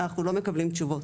אנחנו לא מקבלים תשובות.